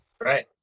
Right